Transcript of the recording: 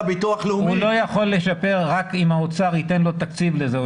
הוא לא יכול לשפר, רק אם האוצר ייתן לו תקציב לזה.